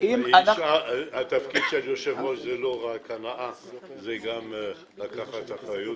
תפקיד היושב-ראש מחייב אותי לקחת אחריות.